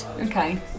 Okay